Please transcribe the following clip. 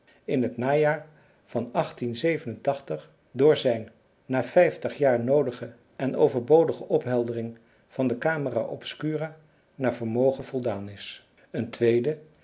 in het najaar van door zijn na vijftig jaar noodige en overbodige opheldering van de camera obscura naar vermogen voldaan is een tweede